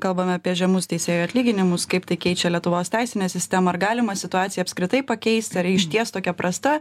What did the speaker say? kalbame apie žemus teisėjų atlyginimus kaip tai keičia lietuvos teisinę sistemą ar galima situaciją apskritai pakeisti ar ji išties tokia prasta